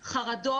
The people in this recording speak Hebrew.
חרדות.